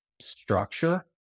structure